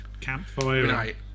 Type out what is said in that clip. campfire